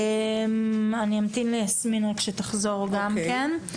אני אמתין ליסמין רק שתחזור גם כן.